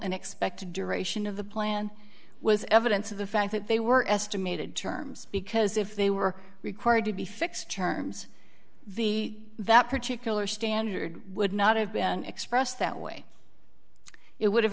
and expected duration of the plan was evidence of the fact that they were estimated terms because if they were required to be fixed terms the that particular standard would not have been expressed that way it would